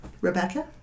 Rebecca